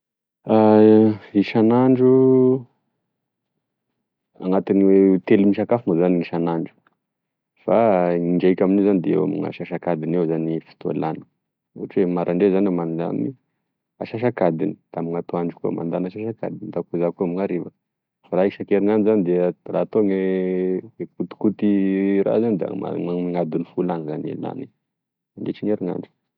Isanandro anatin'ny telo misakafo moa zany n'isanandro fa ny indraiky amnio zany de eo amina asasakadiny eo zany gne fotoa lany ohatry oe maraindray zany mandany asasakadiny da amin'atoandro koa mandany asasakadiny da fezany koa amin'ariva raha isakerinandro zany dia raha atao gne kôtikôty raha zany da mana- adiny folo zany n'erinandro mandritry n'erinandro.